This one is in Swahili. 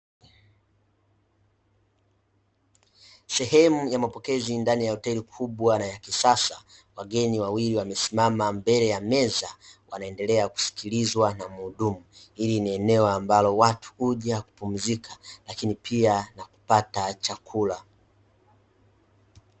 Sehemu ya mapokezi ndani ya hoteli kubwa na ya kisasa wageni wawili wamesimama mbele ya meza Kuendelea kusikilizwa na mhudumu. Hili ni eneo ambalo watu kuja kupumzika Pia kupata chakula.